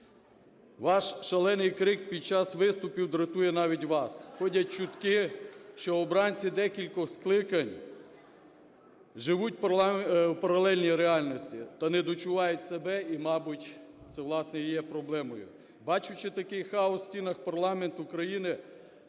Ваш шалений крик під час виступів дратує навіть вас. Ходять чутки, що обранці декількох скликань живуть у паралельній реальності та недочувають себе. І, мабуть, це власне і є проблемою. Бачачи такий хаос в стінах парламенту, країна